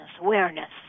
awareness